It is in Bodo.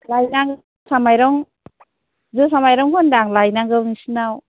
लाइनां जोसा माइरं जोसा माइरंखौ होनदां लाइनांगौ नोंसोरनाव